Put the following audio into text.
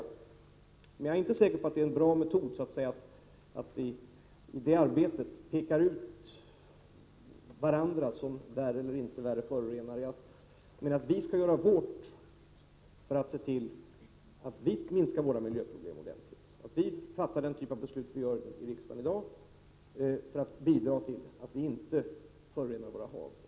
a Men jag är inte säker på att det är någon bra metod i detta arbete att peka ut varandra som värre eller inte värre förorenare. Jag menar att vi skall göra vårt för att se till att vi minskar våra miljöproblem ordentligt. Den typ av beslut som fattas i riksdagen i dag bidrar till att vi minskar föroreningen av våra hav.